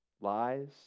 Lies